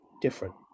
different